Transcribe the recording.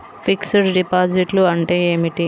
Fixed డిపాజిట్లు అంటే ఏమిటి?